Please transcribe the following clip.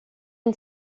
une